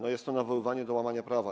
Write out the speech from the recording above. To jest nawoływanie do łamania prawa.